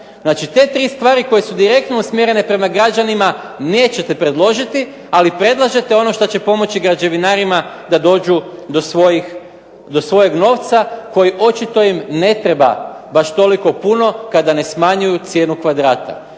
Znači, te tri stvari koje su direktno usmjerene prema građanima nećete predložiti, ali predlažete ono što će pomoći građevinarima da dođu do svojeg novca koji očito im ne treba baš toliko puno kada ne smanjuju cijenu kvadrata.